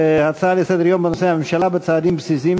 הצעה לסדר-יום בנושא: הממשלה בצעדים פזיזים